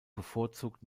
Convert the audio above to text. bevorzugt